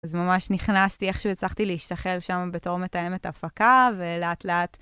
אז ממש נכנסתי, איכשהו הצלחתי להשתחל שם בתור מתאמת הפקה ולאט לאט.